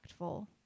impactful